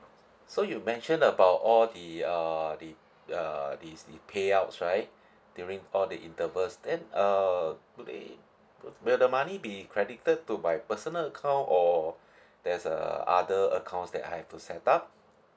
so you mentioned about all the uh the err this the payouts right during all the intervals then err do they will the money be credited to my personal account or there's a other accounts that I have to set up